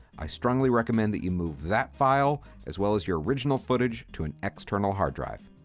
i strongly recommend that you move that file as well as your original footage to an external hard drive.